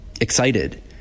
excited